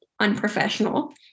unprofessional